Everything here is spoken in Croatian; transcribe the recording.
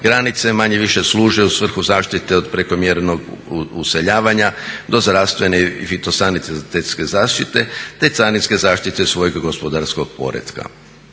granice više-manje služe u svrhu zaštite od prekomjernog useljavanja do zdravstvene i fitosanitetske zaštite, te carinske zaštite svojeg gospodarskog poretka.